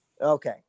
Okay